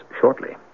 shortly